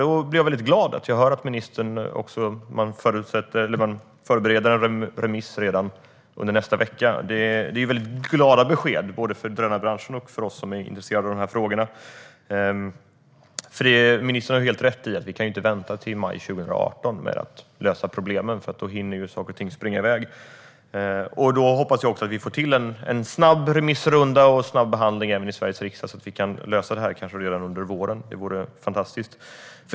Jag blir därför glad att höra ministern säga att man förbereder en remiss redan under nästa vecka. Det är glada besked både för drönarbranschen och för oss som är intresserade av dessa frågor. Ministern har helt rätt i att vi inte kan vänta till maj 2018 med att lösa problemen, för då hinner saker och ting springa iväg. Jag hoppas att vi får till en snabb remissrunda och en snabb behandling även i Sveriges riksdag så att vi kanske kan lösa detta redan under våren. Det vore fantastiskt.